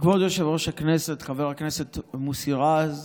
כבוד יושב-ראש הכנסת, חבר הכנסת מוסי רז,